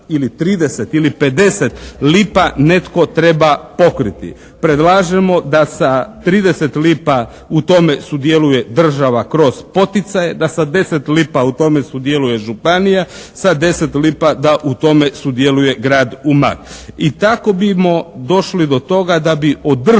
ili 30 ili 50 lipa netko treba pokriti. Predlažemo da sa 30 lipa u tome sudjeluje država kroz poticaje, da sa 10 lipa u tome sudjeluje županija, sa 10 lipa da u tome sudjeluje Grad Umag. I tako bimo došli do toga da bi održali